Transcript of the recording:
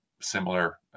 similar